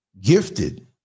gifted